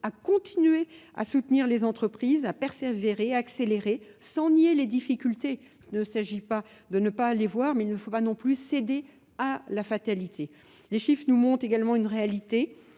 à continuer à soutenir les entreprises. à persévérer, accélérer sans nier les difficultés. Il ne s'agit pas de ne pas les voir, mais il ne faut pas non plus céder à la fatalité. Les chiffres nous montrent également une réalité.